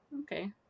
okay